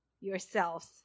yourselves